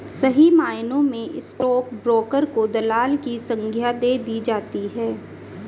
सही मायनों में स्टाक ब्रोकर को दलाल की संग्या दे दी जाती है